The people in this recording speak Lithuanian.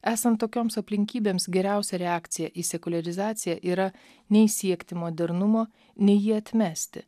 esant tokioms aplinkybėms geriausia reakcija į sekuliarizaciją yra nei siekti modernumo nei jį atmesti